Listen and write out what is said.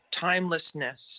timelessness